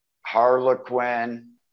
Harlequin